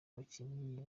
abakinnyi